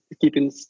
keeping